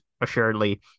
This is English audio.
assuredly